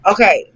Okay